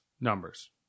Numbers